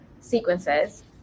sequences